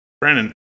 Brandon